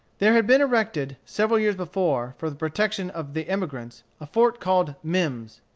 there had been erected, several years before, for the protection of the emigrants, a fort called mimms.